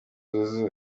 nzozi